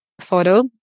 photo